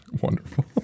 Wonderful